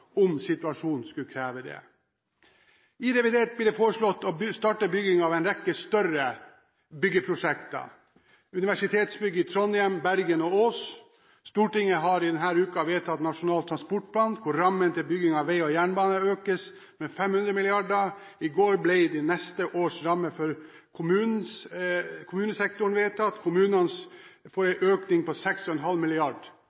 om situasjonen skulle kreve det. I revidert blir det foreslått å starte opp en rekke større byggeprosjekter, universitetsbygg i Trondheim, Bergen og på Ås. Stortinget har denne uken vedtatt Nasjonal transportplan, hvor rammen til bygging av vei og jernbane økes med 500 mrd. kr. I går ble neste års rammer for kommunesektoren vedtatt, kommunene får